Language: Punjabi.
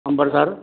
ਅੰਬਰਸਰ